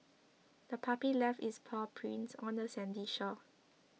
the puppy left its paw prints on the sandy shore